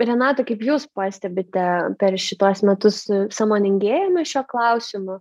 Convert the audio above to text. renata kaip jūs pastebite per šituos metus sąmoningėjame šiuo klausimu